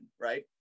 right